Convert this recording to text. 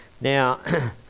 Now